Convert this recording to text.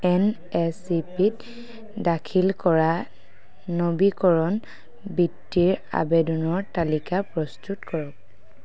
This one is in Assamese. এন এ ছি পিত দাখিল কৰা নবীকৰণ বৃত্তিৰ আবেদনৰ তালিকা প্ৰস্তুত কৰক